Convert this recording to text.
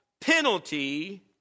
penalty